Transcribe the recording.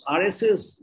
rss